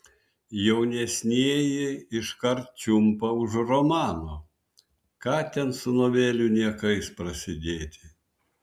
jaunesnieji iškart čiumpa už romano ką ten su novelių niekais prasidėti